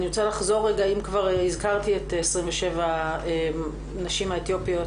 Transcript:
אם כבר הזכרתי את 27 הנשים האתיופיות,